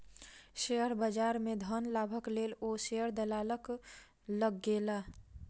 share बजार में धन लाभक लेल ओ शेयर दलालक लग गेला